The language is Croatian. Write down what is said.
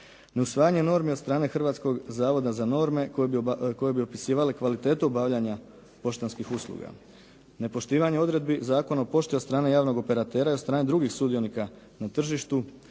Neusvajanje normi od strane Hrvatskog zavoda za norme koje bi opisivale kvalitetu obavljanja poštanskih usluga. Nepoštivanje odredbi Zakona o pošti od strane javnog operatera i od strane drugih sudionika na tržištu,